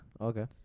Okay